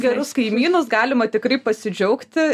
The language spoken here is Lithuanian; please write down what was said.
gerus kaimynus galima tikrai pasidžiaugti